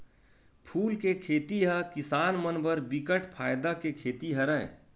फूल के खेती ह किसान मन बर बिकट फायदा के खेती हरय